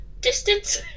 distance